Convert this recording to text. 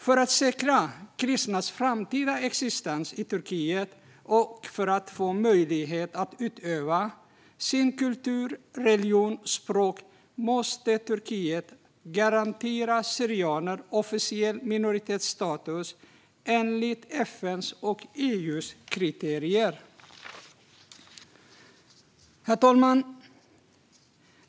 För att säkra kristnas framtida existens i Turkiet och för att de ska få möjlighet att utöva sin kultur, sin religion och sitt språk måste Turkiet garantera syrianer officiell minoritetsstatus enligt FN:s och EU:s kriterier. Herr talman!